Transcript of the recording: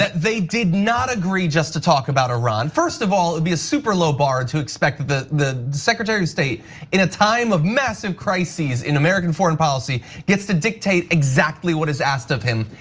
they did not agree just to talk about iran. first of all, it'd be a super low bar to expect the the secretary of state in a time of massive crises in american foreign policy gets to dictate exactly what is asked of him.